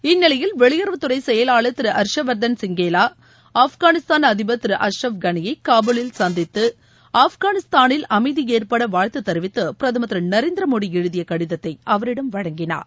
இந்நிலையில் வெளியறவுத்துறை செயலாளர் திரு ஹர்ஷவர்தன் சிங்கேலா ஆப்கானிஸ்தான் அதிபர் திரு அஷ்ரப் களியை காபூலில் சந்தித்து ஆப்கானிஸ்தானில் அமைதி ஏற்பட வாழ்த்து தெரிவித்து பிரதமர் திரு நரேந்திர மோடி எழுதிய கடிதத்தை அவரிடம் வழங்கினார்